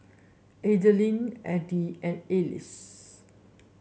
Adilene Edie and Alys